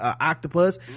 octopus